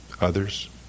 Others